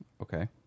Okay